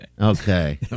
Okay